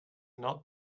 not